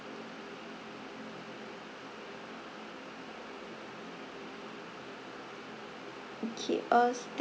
okay uh